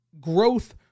growth